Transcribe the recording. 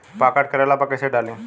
Pocket करेला पर कैसे डाली?